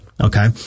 Okay